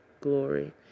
glory